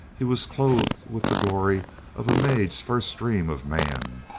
he was clothed with the glory of a maid's first dream of man.